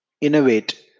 innovate